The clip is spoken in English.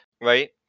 right